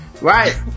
right